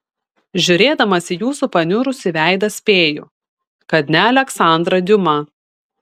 žiūrėdamas į jūsų paniurusį veidą spėju kad ne aleksandrą diuma